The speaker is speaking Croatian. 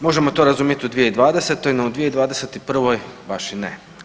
Možemo to razumjeti u 2020., no u 2021. baš i ne.